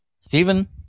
Stephen